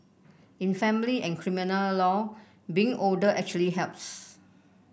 in family and criminal law being older actually helps